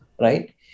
right